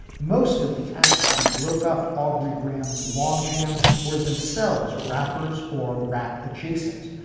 most of the acts who broke up aubrey graham's log jam were themselves rappers or rap adjacent,